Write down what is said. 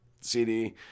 CD